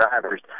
drivers